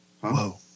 Whoa